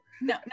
no